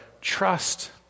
trust